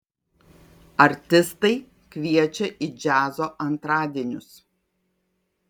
artistai kviečia į džiazo antradienius